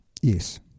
Yes